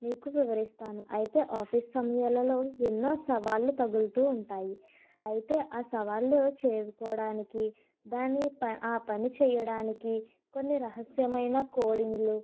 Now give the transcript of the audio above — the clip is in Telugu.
మీకు వివరిస్తాను అయితే ఆఫీస్ సమయాలలో ఎన్నో సవాళ్ళు తగులుతూ ఉంటాయి అయితే ఆ సవాళ్ళు చేరుకోవడానికి దాని ఆ పని చేయడానికి కొన్ని రహస్యమైన కోడింగ్లు